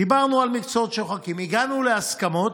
דיברנו על מקצועות שוחקים, הגענו להסכמות.